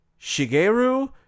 Shigeru